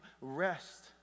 rest